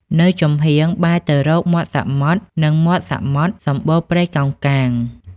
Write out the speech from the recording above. នៅចំហៀងបែរទៅរកមាត់សមុទ្រ និងមាត់សមុទ្រ សំបូរព្រៃកោងកាង ។